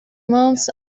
months